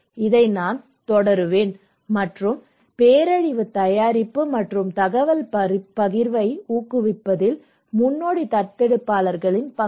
இதை நான் தொடருவேன் மற்றும் பேரழிவு தயாரிப்பு மற்றும் தகவல் பகிர்வை ஊக்குவிப்பதில் முன்னோடி தத்தெடுப்பாளர்களின் பங்கு